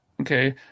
okay